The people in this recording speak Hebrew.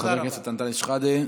תודה רבה לחבר הכנסת אנטאנס שחאדה.